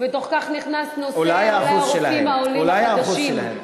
ובתוך כך נכנס נושא הרופאים העולים החדשים.